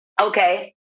okay